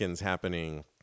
happening